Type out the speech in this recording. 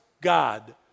God